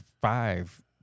five